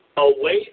Away